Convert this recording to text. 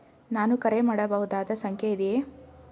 ನಾನು ಕರೆ ಮಾಡಬಹುದಾದ ಸಂಖ್ಯೆ ಇದೆಯೇ?